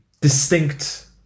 distinct